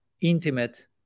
intimate